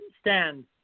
stand